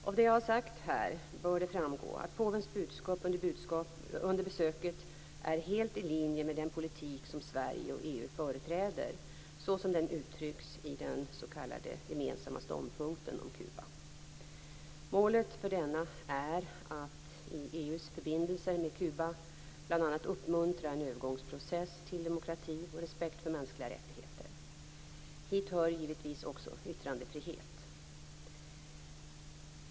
Av det jag har sagt här bör det framgå att påvens budskap under besöket helt är i linje med den politik som Sverige och EU företräder, så som den uttrycks i den s.k. gemensamma ståndpunkten om Kuba. Målet för denna är att i EU:s förbindelser med Kuba bl.a. uppmuntra en övergångsprocess till demokrati och respekt för mänskliga rättigheter. Hit hör givetvis också yttrandefrihet.